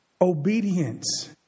Obedience